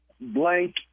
blank